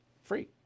Free